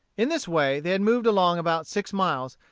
in this way they had moved along about six miles,